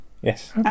yes